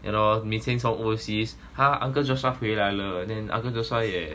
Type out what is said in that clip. yeah lor 每天从 overseas 他 uncle joseph 回来了 then uncle joshua 也